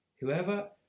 Whoever